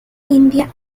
india